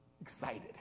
excited